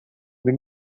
been